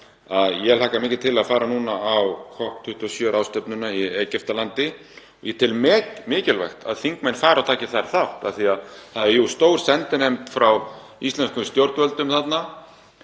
að ég hlakka mikið til að fara núna á COP27 ráðstefnuna í Egyptalandi. Ég tel mikilvægt að þingmenn fari og taki þar þátt af því að það er jú stór sendinefnd frá íslenskum stjórnvöldum þarna